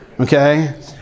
Okay